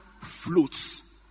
floats